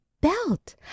belt